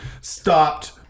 stopped